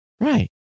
Right